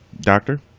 doctor